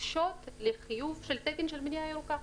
הדרישות לחיוב של תקן לבנייה ירוקה.